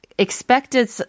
expected